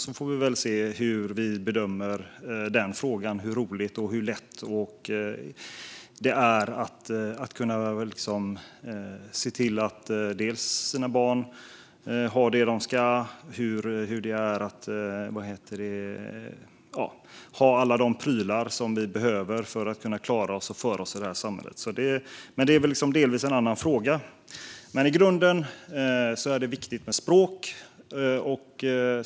Sedan får vi se hur roligt och lätt vi bedömer att det är att se till att barnen har det de ska och att vi har alla de prylar som vi behöver för att klara oss i samhället. Men det är delvis en annan fråga. I grunden är det viktigt med språk.